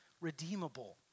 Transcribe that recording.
redeemable